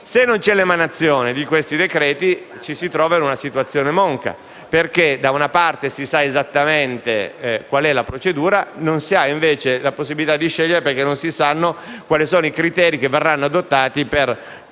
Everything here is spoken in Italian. e senza l'emanazione di tali decreti ci si trova in una situazione monca, perché da una parte si sa esattamente qual è la procedura, ma dall'altra non si ha la possibilità di scegliere, perché non si sa quali siano i criteri che verranno adottati per